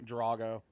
Drago